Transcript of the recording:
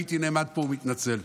הייתי נעמד פה ומתנצל.